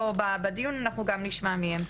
איתנו היום בדיון ואנחנו גם נשמע מהם.